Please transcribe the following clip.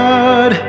God